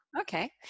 Okay